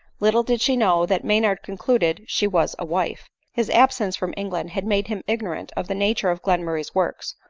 little did she know that maynard concluded she was a wife his absence from england had made him ignorant of the nature of glen murray's works,